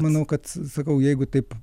manau kad sakau jeigu taip